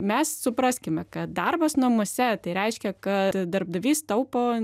mes supraskime kad darbas namuose tai reiškia kad darbdavys taupo